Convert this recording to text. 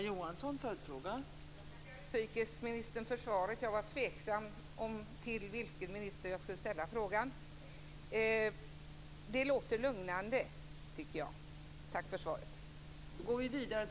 Fru talman! Jag tackar utrikesministern för svaret. Jag var tveksam om till vilken minister jag skulle ställa min fråga. Det här låter lugnande, tycker jag. Tack för svaret!